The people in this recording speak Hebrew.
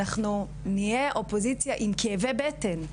אנחנו נהיה אופוזיציה עם כאבי בטן,